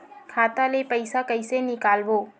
खाता ले पईसा कइसे निकालबो?